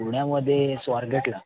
पुण्यामध्ये स्वारगेटला